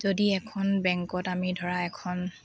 যদি এখন বেংকত আমি ধৰা এখন